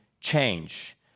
change